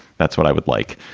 that's what i would like.